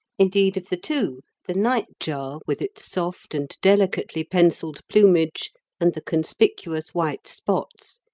indeed of the two, the nightjar, with its soft and delicately pencilled plumage and the conspicuous white spots,